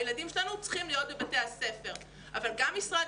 הילדים שלנו צריכים להיות בבתי הספר אבל גם משרד